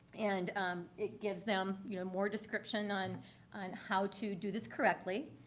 and um it gives them, you know, more description on on how to do this correctly.